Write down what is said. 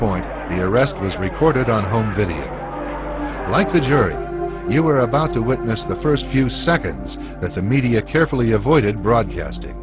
point the arrest was recorded on home video like the jury you were about to witness the first few seconds that the media carefully avoided broadcasting